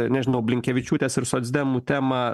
nežinau blinkevičiūtės ir socdemų temą